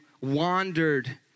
wandered